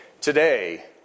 Today